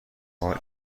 حال